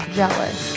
jealous